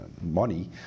money